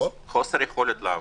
חוסר יכולת לעבוד.